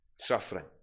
Suffering